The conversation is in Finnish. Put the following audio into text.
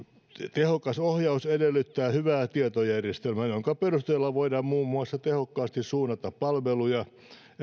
tehokas ohjaus edellyttää hyvää tietojärjestelmää jonka perusteella voidaan muun muassa tehokkaasti suunnata palveluja